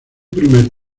primer